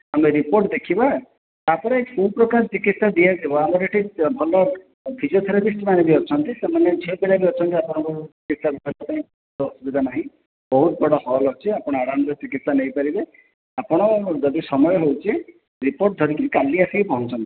ଆମେ ରିପୋର୍ଟ ଦେଖିବା ତାପରେ କେଉଁ ପ୍ରକାର ଚିକିତ୍ସା ଦିଆଯିବ ଆମର ଏଠି ଭଲ ଫିଜିଓଥେରାପିଷ୍ଟ ମାନେ ବି ଅଛନ୍ତି ସେମାନେ ଝିଅ ପିଲା ବି ଅଛନ୍ତି ଆପଣଙ୍କ ଦେଖାରେଖା ପାଇଁ କିଛି ଅସୁବିଧା ନାହିଁ ବହୁତ ବଡ଼ ହଲ୍ ଅଛି ଆପଣ ଆରାମସେ ଚିକିତ୍ସା ନେଇପାରିବେ ଆପଣ ଯଦି ସମୟ ହେଉଛି ରିପୋର୍ଟ ଧରିକି କାଲି ଆସିକି ପହଁଞ୍ଚନ୍ତୁ